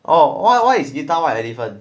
oh why why is guitar white elephant